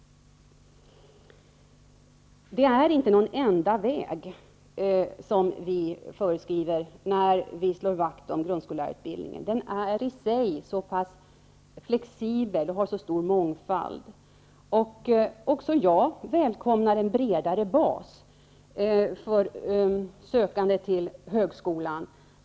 Det är inte någon enda väg som vi förespråkar när vi vill slå vakt om grundskollärarutbildningen. Den är i sig flexibel och har en stor mångfald. Också jag välkomnar en bredare bas för sökande till högskolan.